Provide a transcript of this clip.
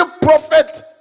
prophet